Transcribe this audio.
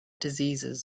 diseases